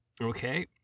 Okay